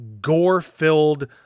gore-filled